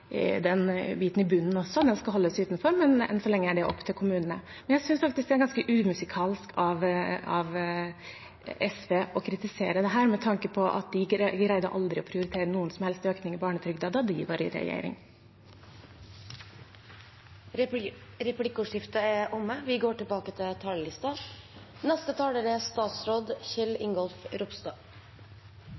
den biten i bunnen, skal holdes utenfor, men enn så lenge er det opp til kommunen. Men jeg synes faktisk det er ganske umusikalsk av SV å kritisere dette med tanke på at de aldri greide å prioritere noen som helst økning i barnetrygden da de var i regjering. Replikkordskiftet er omme. Regjeringa jobber for at alle barn og unge skal få en trygg og god oppvekst. Barnetrygden er